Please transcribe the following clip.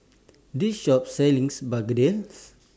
This Shop sells Begedil